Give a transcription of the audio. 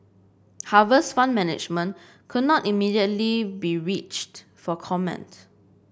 Harvest Fund Management could not be immediately be reached for comment